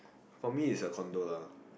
for me it's a condo lah